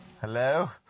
Hello